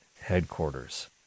headquarters